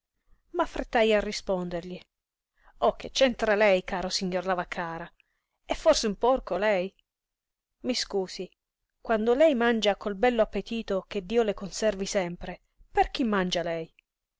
lei m'affrettai a rispondergli o che c'entra lei caro signor lavaccara è forse un porco lei mi scusi quando lei mangia col bello appetito che dio le conservi sempre per chi mangia lei